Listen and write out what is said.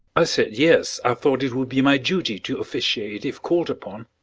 i said yes, i thought it would be my duty to officiate if called upon.